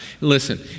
Listen